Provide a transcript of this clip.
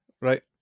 right